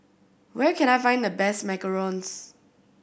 where can I find the best macarons